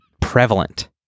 prevalent